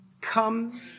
come